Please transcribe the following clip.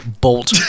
bolt